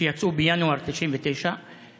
שיצאו בינואר 2019,